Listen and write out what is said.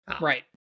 Right